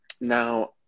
Now